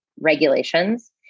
regulations